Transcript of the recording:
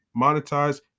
monetize